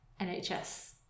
NHS